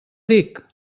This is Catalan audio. dic